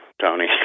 Tony